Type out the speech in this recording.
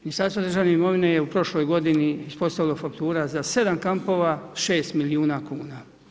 Ministarstvo državne imovine je u prošloj godini ispostavilo faktura za 7 kampova, 6 milijuna kuna.